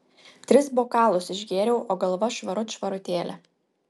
tris bokalus išgėriau o galva švarut švarutėlė